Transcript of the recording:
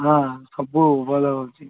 ହଁ ସବୁ ଭଲ ହେଉଛି